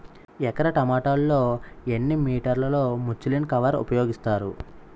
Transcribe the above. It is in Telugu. ఎకర టొమాటో లో ఎన్ని మీటర్ లో ముచ్లిన్ కవర్ ఉపయోగిస్తారు?